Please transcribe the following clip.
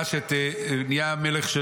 נהיה המלך של